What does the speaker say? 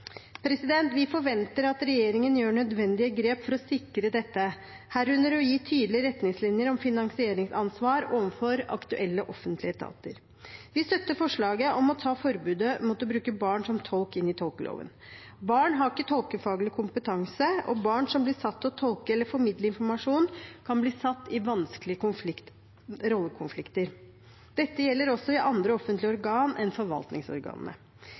Vi forventer at regjeringen gjør nødvendige grep for å sikre dette, herunder å gi tydelige retningslinjer om finansieringsansvar overfor aktuelle offentlige etater. Vi støtter forslaget om å ta forbudet mot å bruke barn som tolk inn i tolkeloven. Barn har ikke tolkefaglig kompetanse, og barn som blir satt til å tolke eller formidle informasjon, kan bli satt i vanskelige rollekonflikter. Dette gjelder også i andre offentlige organer enn forvaltningsorganene.